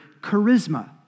charisma